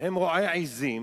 רועי עזים